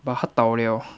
but 他倒 liao